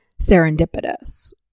serendipitous